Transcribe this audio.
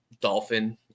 dolphin